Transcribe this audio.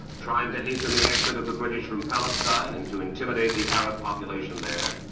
trying to hasten the exit of the british from palestine and to intimidate the arab population there,